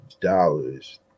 dollars